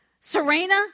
Serena